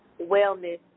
wellness